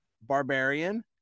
Barbarian